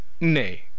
Nay